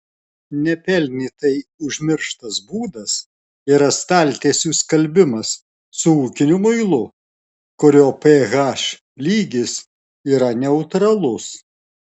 nepelnytai užmirštas būdas yra staltiesių skalbimas su ūkiniu muilu kurio ph lygis yra neutralus